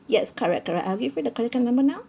yes correct correct I'll give you the credit card number now